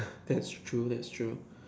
that's true that's true